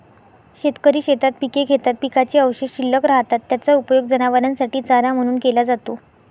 शेतकरी शेतात पिके घेतात, पिकाचे अवशेष शिल्लक राहतात, त्याचा उपयोग जनावरांसाठी चारा म्हणून केला जातो